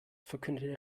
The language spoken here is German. verkündete